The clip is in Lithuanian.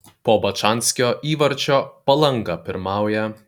po bačanskio įvarčio palanga pirmauja